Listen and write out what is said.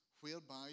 whereby